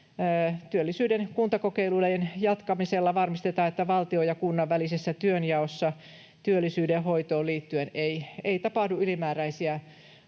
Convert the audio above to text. Työllisyyden kuntakokeilulain jatkamisella varmistetaan, että valtion ja kunnan välisessä työnjaossa työllisyyden hoitoon liittyen ei tapahdu ylimääräisiä